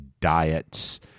diets